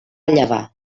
llevar